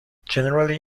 generally